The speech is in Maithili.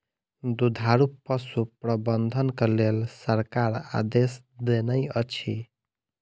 दुधारू पशु प्रबंधनक लेल सरकार आदेश देनै अछि